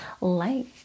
light